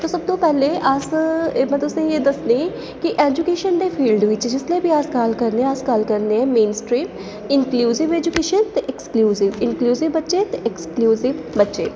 ते सब तू पैह्लें अस में तुसेंगी एह् दस्सनी कि ऐजूकेशन दे फील्ड च जिसलै बी अस गल्ल करने आं अस गल्ल करने आं मेन स्ट्रीम इंक्लूसिव ऐजूकेशन ते एक्सकलुसिव ऐजूकेशन इंक्लुसिव बच्चे ते एक्सकलुसिव बच्चे